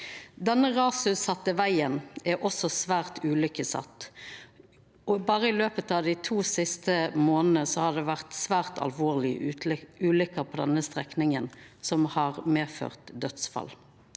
Denne rasutsette vegen er også svært ulykkesutsett. Berre i løpet av dei to siste månadane har det vore svært alvorlege ulykker på denne strekninga, ulykker som har ført til dødsfall.